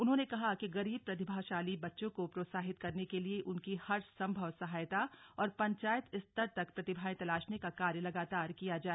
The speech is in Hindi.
उन्होंने कहा कि गरीब प्रतिभाशाली बच्चों को प्रोत्साहित करने के लिए उनकी हर संभव सहायता और पंचायत स्तर तक प्रतिभाएं तलाशने का कार्य लगातार किया जाए